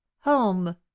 home